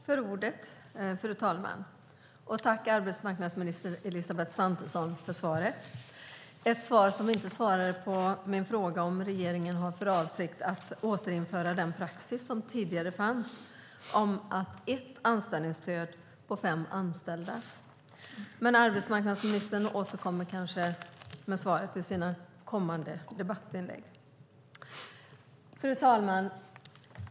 Fru talman! Tack, arbetsmarknadsminister Elisabeth Svantesson, för svaret! Det är ett svar som inte svarade på min fråga om regeringen har för avsikt att återinföra den praxis som tidigare fanns om ett anställningsstöd per fem anställda. Men arbetsmarknadsministern kanske återkommer med ett svar i sina kommande debattinlägg. Fru talman!